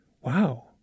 Wow